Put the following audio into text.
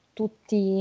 tutti